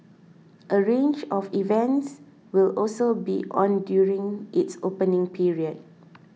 a range of events will also be on during its opening period